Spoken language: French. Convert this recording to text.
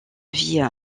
vie